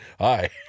Hi